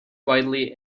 widely